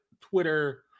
Twitter